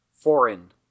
foreign